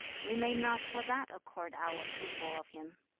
we may not for that accord our approval of him